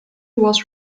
was